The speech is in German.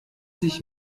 sich